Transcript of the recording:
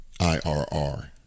IRR